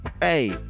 hey